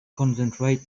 concentrate